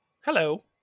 hello